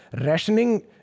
rationing